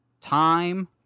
Time